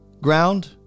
ground